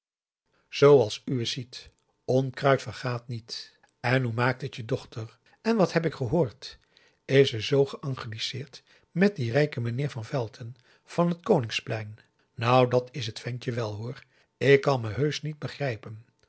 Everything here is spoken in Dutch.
het u zooals uwes ziet onkruid vergaat niet en hoe maakt het je dochter en wat heb ik gehoord is ze zoo geangliseerd met dien rijken meneer van velton van het koningsplein nou dat is t ventje wèl hoor ik kan me heusch niet begrijpen